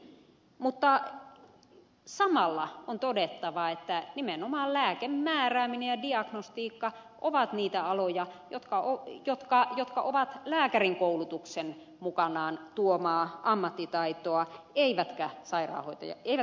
mutta samalla on todettava että nimenomaan lääkemäärääminen ja diagnostiikka ovat niitä aloja jotka ovat lääkärin koulutuksen mukanaan tuomaa ammattitaitoa eivätkä sairaanhoitaja tiina